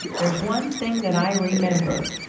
there's one thing that i remember,